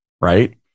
Right